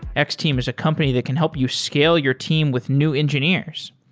x-team is a company that can help you scale your team with new engineers.